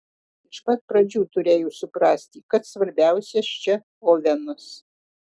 iš pat pradžių turėjau suprasti kad svarbiausias čia ovenas